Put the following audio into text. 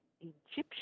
Egyptian